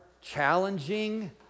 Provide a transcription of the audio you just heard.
challenging